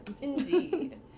indeed